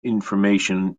information